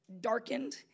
darkened